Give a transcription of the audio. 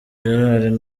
gerard